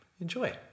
Enjoy